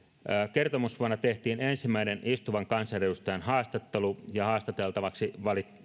kertomusvuonna tehtiin ensimmäinen istuvan kansanedustajan haastattelu ja haastateltavaksi